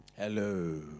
Hello